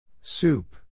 Soup